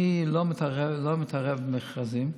אני לא מתערב במכרזים,